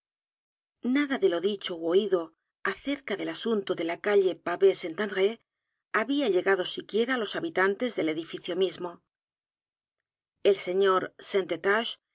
nada de lo dicho ú oído acerca del asunto de la calle pavee saint andrée había llegado siquiera á los habitantes del edificio mismo el sr